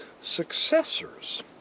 successors